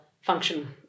function